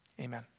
Amen